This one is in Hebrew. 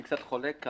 אני קצת חולק.